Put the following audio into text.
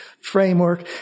framework